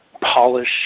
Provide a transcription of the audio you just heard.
polish